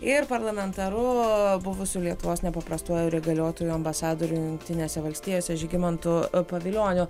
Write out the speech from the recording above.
ir parlamentaru buvusiu lietuvos nepaprastuoju ir įgaliotuoju ambasadoriumi jungtinėse valstijose žygimantu pavilioniu